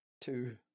two